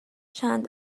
چند